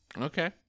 Okay